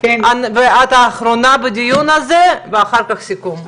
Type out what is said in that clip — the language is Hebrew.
את האחרונה בדיון הזה ואחר כך סיכום.